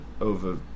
over